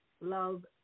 love